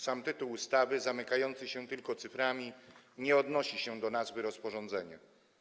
Sam tytuł ustawy, zamykający się tylko cyframi, nie odnosi się do nazwy rozporządzenia.